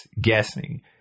guessing